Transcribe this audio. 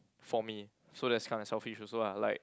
for me so that's kind of selfish also lah like